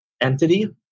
entity